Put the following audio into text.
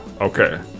Okay